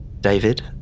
David